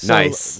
nice